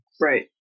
Right